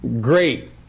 great